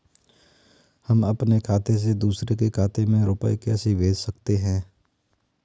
हम अपने खाते से दूसरे के खाते में रुपये कैसे भेज सकते हैं?